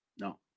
No